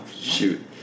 shoot